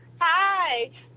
Hi